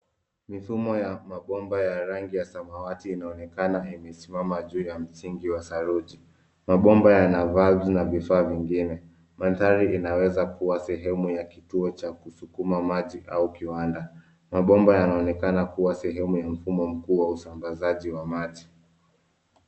Mifumo ya mabomba ya rangi ya samawati inaonekana imesimama juu ya msingi wa saruji. Mabomba yana valves na vifaa vingine. Mandhari inaweza kuwa sehemu ya kituo cha kusukuma maji au kiwanda. Mabomba yanaonekana kuwa sehemu ya mfumo mkuu wa usambazaji wa maji.